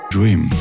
Dream